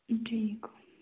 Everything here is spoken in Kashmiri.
ٹھیٖک گوٚو